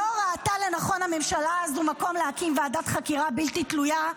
לא ראתה לנכון הממשלה הזאת להקים ועדת חקירה בלתי תלויה,